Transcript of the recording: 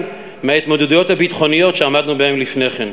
מההתמודדויות הביטחוניות שעמדנו בהן לפני כן.